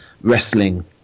wrestling